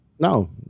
No